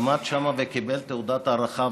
עמד שם וקיבל תעודת הערכה,